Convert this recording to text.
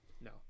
no